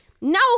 no